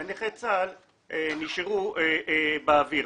ונכי צה"ל נשארו באוויר.